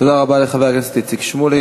תודה רבה לחבר הכנסת שמולי.